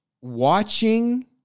watching